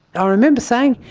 ah remember saying,